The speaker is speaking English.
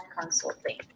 consulting